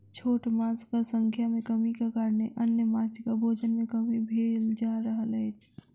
छोट माँछक संख्या मे कमीक कारणेँ अन्य माँछक भोजन मे कमी भेल जा रहल अछि